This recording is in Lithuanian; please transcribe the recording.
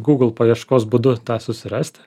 google paieškos būdu tą susirasti